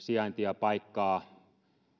sijaintia paikkaa